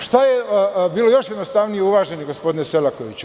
Šta je bilo još jednostavnije, uvaženi gospodine Selakoviću?